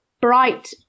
Bright